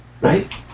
Right